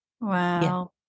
Wow